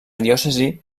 diòcesi